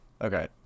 Okay